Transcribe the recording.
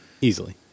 Easily